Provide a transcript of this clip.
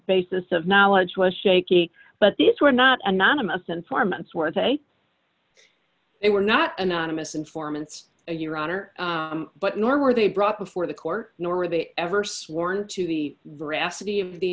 basis of knowledge was shaky but these were not anonymous informants worth a they were not anonymous informants your honor but nor were they brought before the court nor were they ever sworn to the